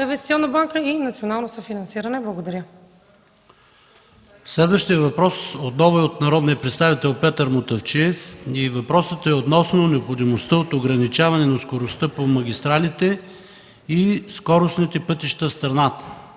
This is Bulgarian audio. инвестиционна банка и национално съфинансиране. Благодаря. ПРЕДСЕДАТЕЛ ПАВЕЛ ШОПОВ: Следващият въпрос отново е от народния представител Петър Мутафчиев относно необходимостта от ограничаване на скоростта по магистралите и скоростните пътища в страната.